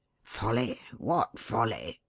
folly? what folly?